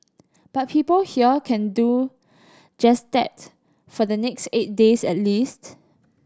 but people here can do just that for the next eight days at least